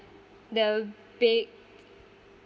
the baked